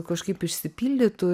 kažkaip išsipildytų